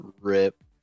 Rip